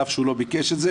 על אף שהוא לא ביקש את זה,